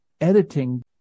editing